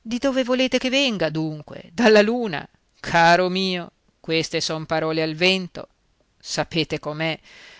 di dove volete che venga dunque dalla luna caro mio queste son parole al vento sapete com'è